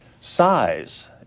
Size